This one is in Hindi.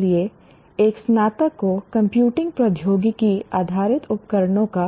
इसलिए एक स्नातक को कंप्यूटिंग प्रौद्योगिकी आधारित उपकरणों का